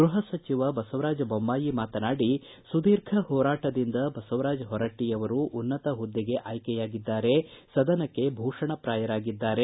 ಗೃಹ ಸಚಿವ ಬಸವರಾಜ ಬೊಮ್ಮಾಯಿ ಮಾತನಾಡಿ ಸುದೀರ್ಘ ಹೋರಾಟದಿಂದ ಬಸವರಾಜ ಹೊರಟ್ಟ ಅವರು ಉನ್ನತ ಹುದ್ದೆಗೆ ಆಯ್ಕೆಯಾಗಿದ್ದಾರೆ ಸದನಕ್ಕೆ ಭೂಷಣಪ್ರಾಯವಾಗಿದ್ದಾರೆ